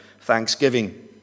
thanksgiving